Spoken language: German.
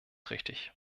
richtig